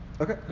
Okay